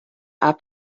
are